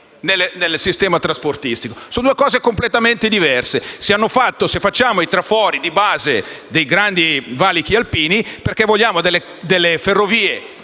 500 metri. Sono due cose completamente diverse. Se facciamo i trafori di base dei grandi valichi alpini è perché vogliamo delle ferrovie